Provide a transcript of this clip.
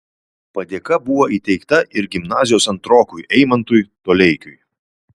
padėka buvo įteikta ir gimnazijos antrokui eimantui toleikiui